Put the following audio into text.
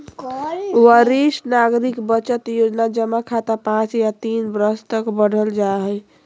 वरिष्ठ नागरिक बचत योजना जमा खाता पांच या तीन वर्ष तक बढ़ल जा हइ